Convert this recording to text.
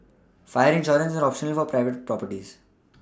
fire insurance is optional for private properties